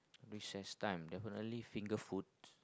recess time definitely finger food